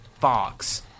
Fox